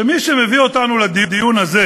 שמי שמביא אותנו לדיון הזה